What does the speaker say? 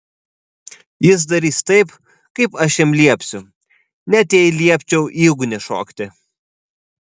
jis darys taip kaip aš jam liepsiu net jei liepčiau į ugnį šokti